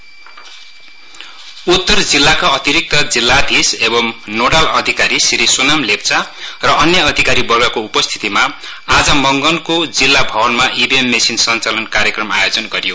election उत्तर जिल्लाका अतिरिक्त जिल्लाधीश एवं नोडाल अधिकारी सोनाम लेप्चा र अन्य अधिकारीवर्गको उपस्थितिमा आज मंगन जिल्ला भवनमा ईभीएम मेशिन संचालन कार्यक्रम आयोजन गरियो